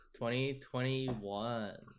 2021